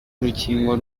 urukingo